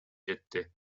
жетти